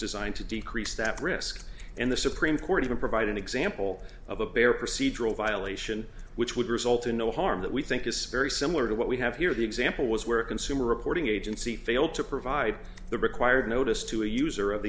designed to decrease that risk and the supreme court to provide an example of a bare procedural violation which would result in no harm that we think is very similar to what we have here the example was where consumer reporting agency failed to provide the required notice to a user of